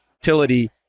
utility